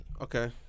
Okay